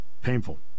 Painful